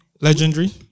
Legendary